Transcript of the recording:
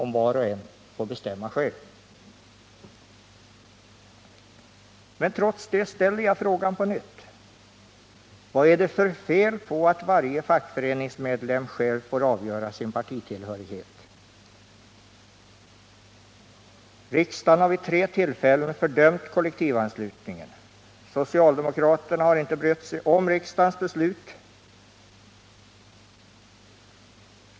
Men trots det ställer jag frågan på nytt: Vad är det för fel att varje fackföreningsmedlem själv får avgöra sin partitillhörighet? Riksdagen har vid tre tillfällen fördömt kollektivanslutningen. Socialdemokraterna har inte brytt sig om riksdagens beslut.